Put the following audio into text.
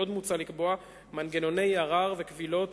עוד מוצע לקבוע מנגנוני ערר וקבילות